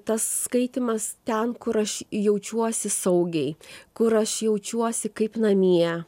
tas skaitymas ten kur aš jaučiuosi saugiai kur aš jaučiuosi kaip namie